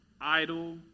idle